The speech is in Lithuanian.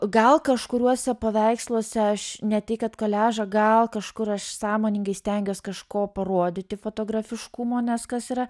gal kažkuriuose paveiksluose aš ne tai kad koliažą gal kažkur aš sąmoningai stengiuos kažko parodyti fotografiškumo nes kas yra